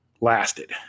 lasted